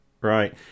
Right